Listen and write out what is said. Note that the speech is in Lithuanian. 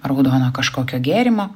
raudono kažkokio gėrimo